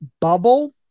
bubble